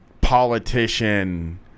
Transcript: politician